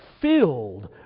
filled